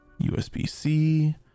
USB-C